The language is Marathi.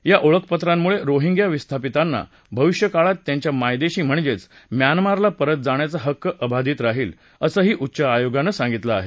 या ओळखपत्रांमुळे रोहिंग्या विस्थापितांना भविष्यकाळात त्यांच्या मायदेशी म्हणजेच म्यानमारला परत जाण्याचा हक्क अबाधित राहिल असंही उच्चाआयोगानं सांगितलं आहे